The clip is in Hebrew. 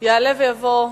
יעלה ויבוא,